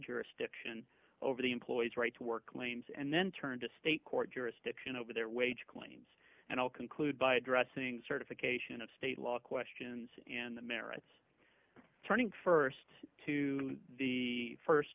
jurisdiction over the employees right to work lanes and then turn to state court jurisdiction over their wage claims and i'll conclude by addressing certification of state law questions and the merits turning st to the